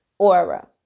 Aura